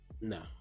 No